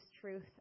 truth